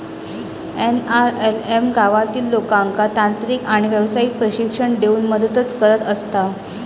NRLM गावातील लोकांका तांत्रिक आणि व्यावसायिक प्रशिक्षण देऊन मदतच करत असता